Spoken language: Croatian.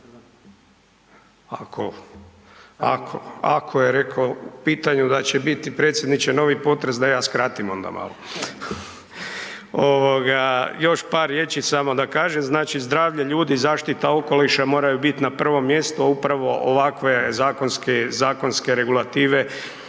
ako je rekao u pitanju da će biti predsjedniče novi potres da ja skratim onda malo, ovoga još par riječi samo da kažem znači zdravlje ljudi i zaštiti okoliša moraju biti na prvom mjestu, a upravo ovakve zakonske regulative